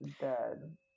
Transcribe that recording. dead